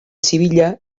zibila